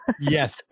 Yes